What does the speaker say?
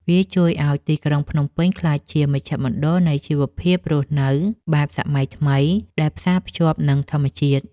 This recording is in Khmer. វាជួយឱ្យទីក្រុងភ្នំពេញក្លាយជាមជ្ឈមណ្ឌលនៃជីវភាពរស់នៅបែបសម័យថ្មីដែលផ្សារភ្ជាប់នឹងធម្មជាតិ។